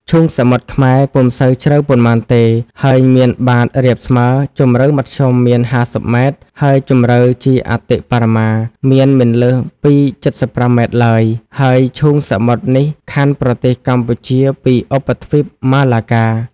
ឈូងសមុទ្រខ្មែរ ពុំសូវជ្រៅប៉ុន្មានទេ ហើយមានបាត រាបស្មើ ជំរៅមធ្យមមាន ៥០ម៉ែត្រ ហើយជម្រៅជាអតិបរមា មានមិនលើសពី ៧៥ម៉ែត្រឡើយ ហើយឈូងសមុទ្រនេះខ័ណ្ឌប្រទេសកម្ពុជាពីឧបទ្វីបម៉ាឡាកា ។